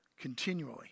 continually